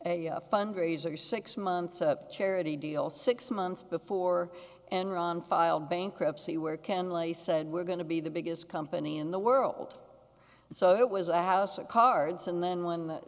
attended a fundraiser six months a charity deal six months before enron filed bankruptcy where ken lay said we're going to be the biggest company in the world so it was a house of cards and then when the